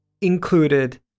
included